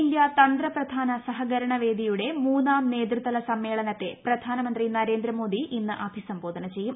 India തന്ത്രപ്രധാന സഹകരണ വേദിയുടെ മൂന്നാം നേതൃതല സമ്മേളനത്തെ പ്രധാനമന്ത്രി നരേന്ദ്രമോദി ഇന്ന് അഭിസംബോധന ചെയ്യും